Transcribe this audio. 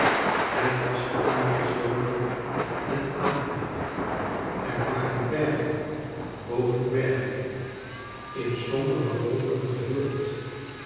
het was uiterst donker en akelig er waren bergen boven bergen in sombere wolken gehuld